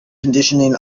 conditioning